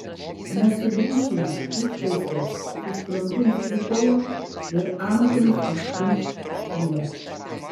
nesugrįšime užtaisas susprogdins kupolą ir amžiams užkimš skylę